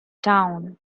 town